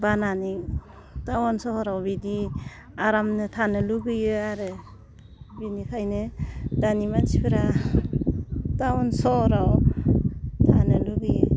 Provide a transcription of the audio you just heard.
बानानै टाउन सहराव बिदि आरामनो थानो लुगैयो आरो बिनिखायनो दानि मानसिफोरा टाउन सहराव थानो लुगैयो